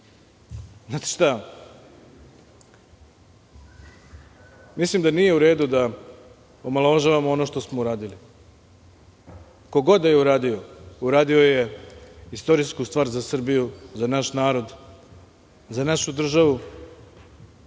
Znate šta, mislim da nije u redu da omalovažavamo ono što smo uradili. Ko god da je uradio, uradio je istorijsku stvar za Srbiju, za naš narod, za našu državu,